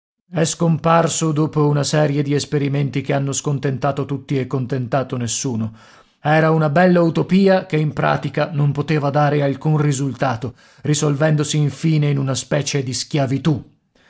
è scomparso dopo una serie di esperimenti che hanno scontentato tutti e contentato nessuno era una bella utopia che in pratica non poteva dare alcun risultato risolvendosi infine in una specie di schiavitù